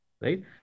right